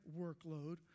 workload